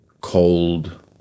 cold